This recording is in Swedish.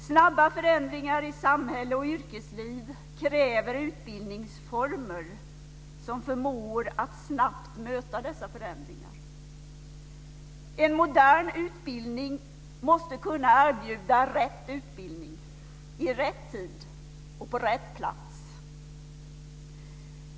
Snabba förändringar i samhälle och yrkesliv kräver utbildningsformer som förmår att snabbt möta dessa förändringar. En modern utbildning måste kunna erbjuda rätt utbildning i rätt tid på rätt plats.